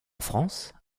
france